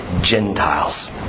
Gentiles